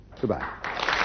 Goodbye